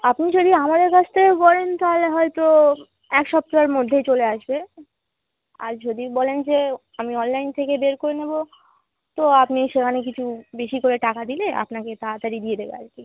আপনি যদি আমাদের কাছ থেকে করেন তাহলে হয়তো এক সপ্তাহর মধ্যেই চলে আসবে আর যদি বলেন যে আমি অনলাইন থেকে বের করে নেব তো আপনি সেখানে কিছু বেশি করে টাকা দিলে আপনাকে তাড়াতাড়ি দিয়ে দেবে আর কি